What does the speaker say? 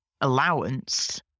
allowance